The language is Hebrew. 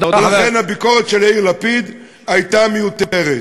לכן, הביקורת של יאיר לפיד הייתה מיותרת.